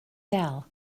dell